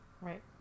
Right